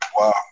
Wow